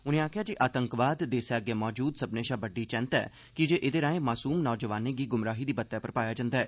उनें आखेआ ऐ जे आतंकवाद देसै अग्गे मौजूद सब्भनें शाबड्डी चैंता ऐ कीजे एहदे राएं मासूम नौजवानें गी ग्मराही दी बत्ता पर पाया जंदा ऐ